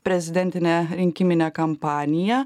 prezidentinę rinkiminę kampaniją